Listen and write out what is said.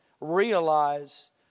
realize